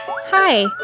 Hi